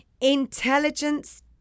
Intelligence